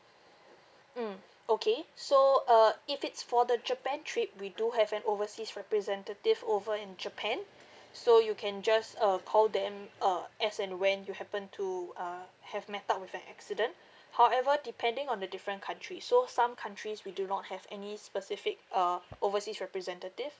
mm okay so uh if it's for the japan trip we do have an overseas representative over in japan so you can just uh call them uh as and when you happen to uh have met up with an accident however depending on the different countries so some countries we do not have any specific uh overseas representative